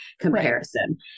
Comparison